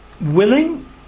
willing